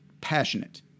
passionate